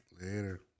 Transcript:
Later